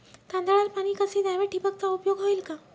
तांदळाला पाणी कसे द्यावे? ठिबकचा उपयोग होईल का?